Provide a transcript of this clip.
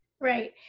Right